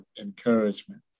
encouragement